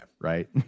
right